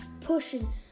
pushing